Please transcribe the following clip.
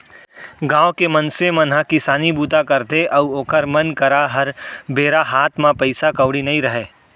गाँव के मनसे मन ह किसानी बूता करथे अउ ओखर मन करा हर बेरा हात म पइसा कउड़ी नइ रहय